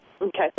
Okay